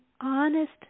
honest